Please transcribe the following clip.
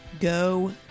go